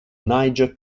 niger